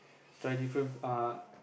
try different uh